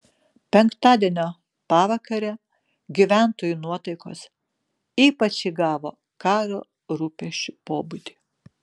penktadienio pavakare gyventojų nuotaikos ypač įgavo karo rūpesčių pobūdį